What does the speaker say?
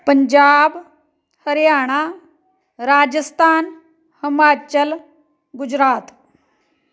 Punjab Haryana Rajasthan Himachal Gujarat